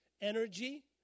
energy